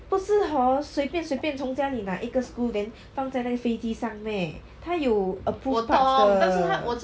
不是 hor 随便随便从家里拿一个 screw then 放在那个飞机上 meh 他有 approved parts 的